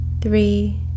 Three